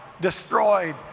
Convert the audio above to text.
destroyed